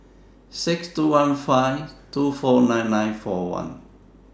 six two one five two four nine nine four one